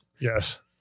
Yes